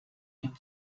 dem